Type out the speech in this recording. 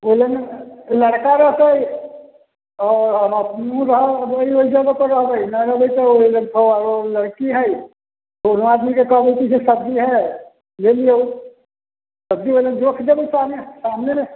ओ लय ने लड़का रहतै आओर हम अपनो रहब आओर जादातर रहबै ने रहबै तऽ लड़की है दोनो आदमीके कहबै जे सब्जी है ले लियौ सब्जी जखन जोखि देबै सामने तखनि ने